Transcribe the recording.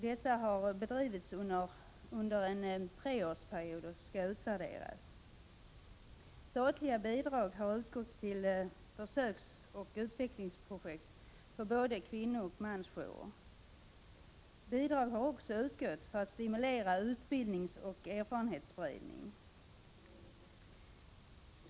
Dessa har bedrivits under en treårsperiod och skall utvärderas. Statliga bidrag har utgått till försöksoch utvecklingsprojekt för både kvinnooch mansjourer. Bidrag har också utgått för att stimulera utbildningsoch erfarenhetsspridning.